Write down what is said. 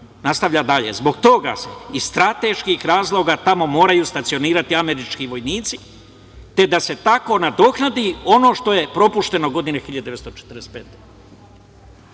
Nastavlja dalje, zbog toga, iz strateških razloga, tamo se moraju stacionirati američki vojnici, te da se tako nadoknadi ono što je propušteno godine 1945.